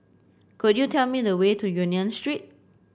could you tell me the way to Union Street